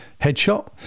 headshot